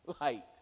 light